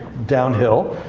downhill.